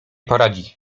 poradzi